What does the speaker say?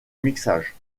mixage